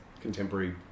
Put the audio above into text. contemporary